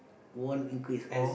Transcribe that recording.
won't increase all